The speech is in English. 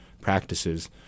practices